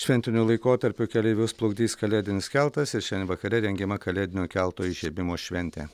šventiniu laikotarpiu keleivius plukdys kalėdinis keltas ir šiandien vakare rengiama kalėdinio kelto įžiebimo šventė